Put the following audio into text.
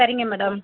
சரிங்க மேடம்